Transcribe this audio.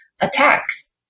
attacks